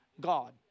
god